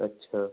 اچھا